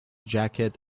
jacket